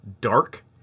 dark